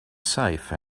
safe